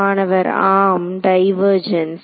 மாணவர் ஆம் டைவர்ஜென்ஸ்